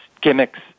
gimmicks